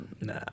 Nah